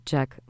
Jack